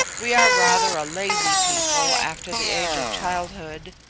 we are rather a lazy people after the age of childhood,